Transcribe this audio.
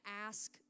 ask